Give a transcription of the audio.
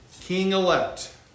king-elect